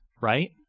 right